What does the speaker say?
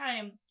time